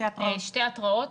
שתי התראות